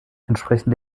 entsprechend